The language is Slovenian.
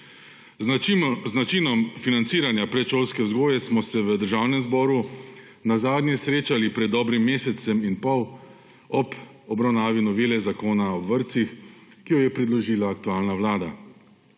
Z načinom financiranja predšolske vzgoje smo se v Državnem zboru nazadnje srečali pred dobrim mesecem in pol ob obravnavi novele Zakona o vrtcih, ki jo je predložila aktualna vlada.